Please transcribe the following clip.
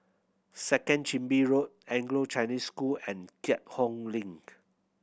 Second Chin Bee Road Anglo Chinese School and Keat Hong Link